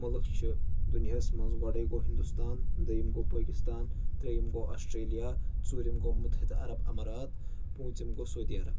مٕلک چھِ دُنیاہَس منٛز گۄڈے گوٚو ہِندوستان دٔیِم گوٚو پٲکستان ترٛیٚیِم گوٚو آسٹریلیا ژوٗرِم گوٚو مُتحد عرب امرات پوٗنٛژِم گوٚو سعودی عرب